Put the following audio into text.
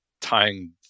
tying